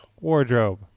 Wardrobe